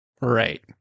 right